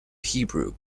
hebrew